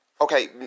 Okay